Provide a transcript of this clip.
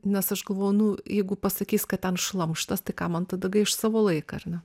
nes aš galvoju nu jeigu pasakys kad ten šlamštas tai kam man tada gaišt savo laiką ar ne